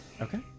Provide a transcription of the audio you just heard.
Okay